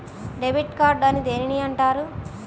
Debit card అని దేనిని అంటారు?